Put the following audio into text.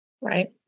Right